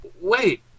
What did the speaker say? wait